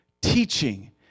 teaching